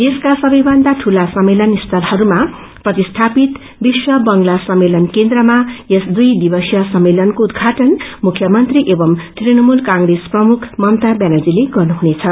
देशका सबैभन्दा ठूला सम्मेलन स्थलहयमा प्रतिष्णपित विश्व बंगला सम्मेलन केन्द्र मा यस दुई दिवसीय सममेलनको उद्घाटन मुख्यमन्त्री एव तृणमूल कांग्रेस प्रुख ममता ब्यानर्जीले गर्नुहुनेछ